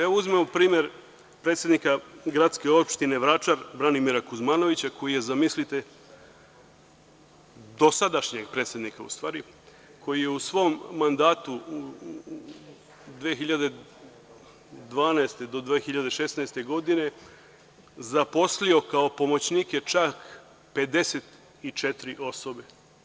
Evo, uzmimo primer predsednika gradske opštine Vračar, Branimira Kuzmanovića, u stvari dosadašnjeg predsednika, koji je, zamislite, u svom mandatu od 2012. do 2016. godine zaposlio kao pomoćnike čak 54 osobe.